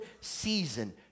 season